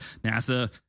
NASA